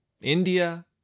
India